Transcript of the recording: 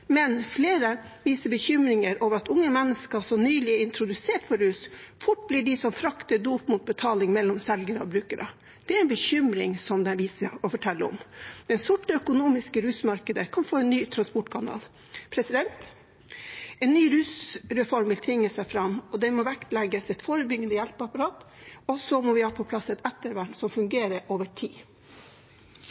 Men flere viser bekymring over at unge mennesker som nylig er introdusert for rus, fort blir de som frakter dop mot betaling mellom selgere og brukere. Det er en bekymring som de viser, og forteller om. Det sorte økonomiske rusmarkedet kan få en ny transportkanal. En ny rusreform vil tvinge seg fram, og en må vektlegge et forebyggende hjelpeapparat. Vi må også ha på plass et ettervern som fungerer over tid.